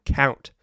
count